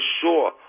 sure